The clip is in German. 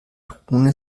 drohne